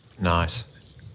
nice